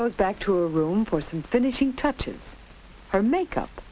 goes back to a room for some finishing touch him her makeup